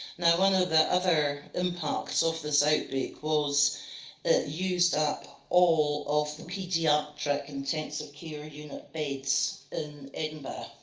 now, one of the other impacts of this outbreak was it used up all of the pediatric intensive care unit beds in edinburgh.